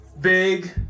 Big